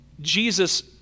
Jesus